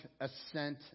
assent